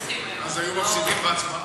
אז היו מפסידים בהצבעה.